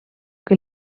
que